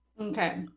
Okay